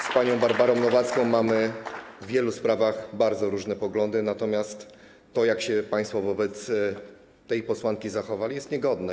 Z panią Barbarą Nowacką mamy w wielu sprawach bardzo różne poglądy, natomiast to, jak się państwo wobec tej posłanki zachowali, jest niegodne.